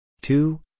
two